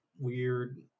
weird